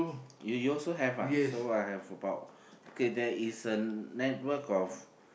you you also have ah so I have about okay there is a network of